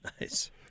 nice